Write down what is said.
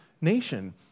nation